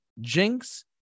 Jinx